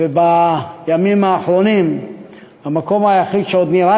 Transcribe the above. ובימים האחרונים המקום היחיד שעוד נראה